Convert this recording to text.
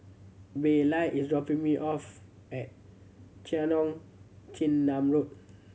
Baylie is dropping me off at Cheong Chin Nam Road